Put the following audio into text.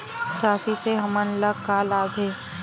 राशि से हमन ला का लाभ हे?